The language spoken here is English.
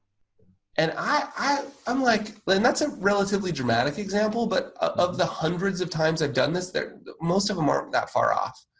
and i'm um like but and that's ah relatively dramatic example, but of the hundreds of times i've done this, most of them are that far off.